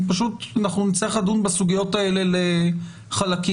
נצטרך לדון בסוגיות האלה בחלקים.